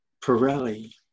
Pirelli